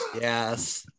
Yes